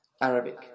Arabic